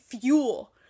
fuel